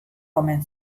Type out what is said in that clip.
omen